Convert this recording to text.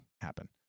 happen